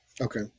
Okay